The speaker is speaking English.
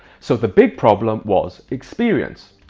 so the big problem was experience.